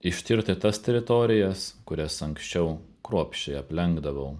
ištirti tas teritorijas kurias anksčiau kruopščiai aplenkdavau